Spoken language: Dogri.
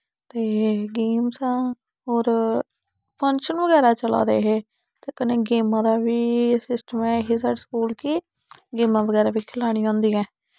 ते गेम्स दा और फंक्शन वगैरा चला दे हे ते कन्ने गेमां दा बी सिस्टम ऐ ही साढ़े स्कूल के गेमां वगैरा बी खलानियां होंदियां